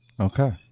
Okay